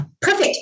Perfect